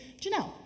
Janelle